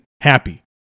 happy